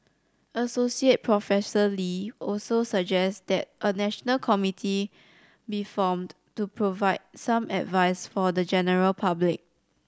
Associate Professor Lee also suggests that a national committee be formed to provide some advice for the general public